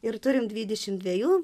ir turim dvidešim dvejų